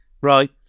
Right